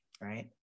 Right